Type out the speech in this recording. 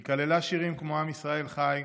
היא כללה שירים כמו "עם ישראל חי",